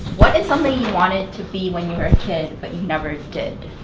what is something you wanted to be when you were a kid but you never did?